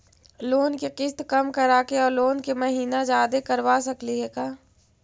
Loan के किस्त कम कराके औ लोन के महिना जादे करबा सकली हे का?